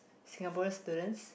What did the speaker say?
Singaporean students